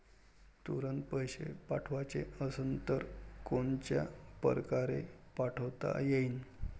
तुरंत पैसे पाठवाचे असन तर कोनच्या परकारे पाठोता येईन?